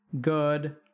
good